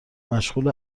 مشغول